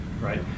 right